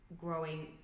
Growing